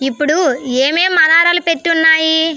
ఇప్పుడు ఏమేమి అలారాలు పెట్టి ఉన్నాయి